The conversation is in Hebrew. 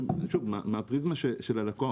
שוב, מהפריזמה של הלקוח,